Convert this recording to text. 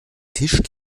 tisch